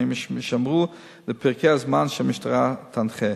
הן יישמרו לפרקי הזמן שהמשטרה תנחה.